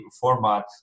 format